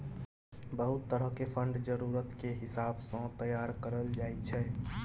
बहुत तरह के फंड जरूरत के हिसाब सँ तैयार करल जाइ छै